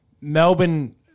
Melbourne